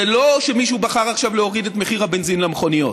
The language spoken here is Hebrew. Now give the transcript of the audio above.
זה לא שמישהו בחר עכשיו להוריד את מחיר הבנזין למכוניות.